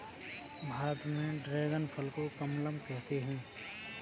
भारत में ड्रेगन फल को कमलम कहते है